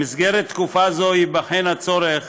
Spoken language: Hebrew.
בתקופה זו ייבחן הצורך